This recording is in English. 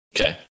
Okay